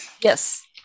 Yes